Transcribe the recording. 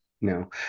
No